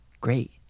great